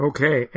Okay